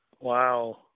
Wow